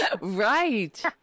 Right